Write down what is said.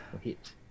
hit